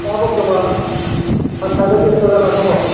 दा बर्थ'मान आं साइटआव बेस्थ' जानानै दङ